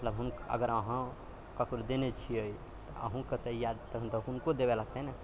मतलब हुन अगर अहाँ ककरो देने छियै तऽ अहुँके तऽ याद तखन तऽ हुनको देबयले हेतै ने